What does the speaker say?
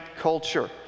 culture